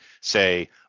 say